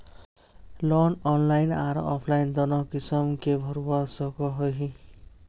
Loan online आर offline दोनों किसम के भरवा सकोहो ही?